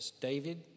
David